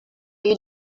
you